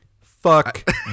Fuck